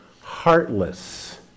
heartless